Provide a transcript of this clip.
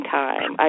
time